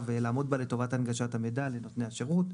לעמוד בה לטובת הנגשת המידע לנותני השירות.